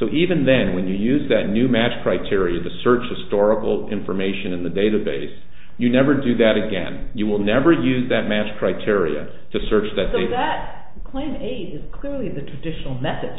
so even then when you use that new match criteria the surge historical information in the database you never do that again you will never use that match criteria to search that they that claim a has clearly the traditional method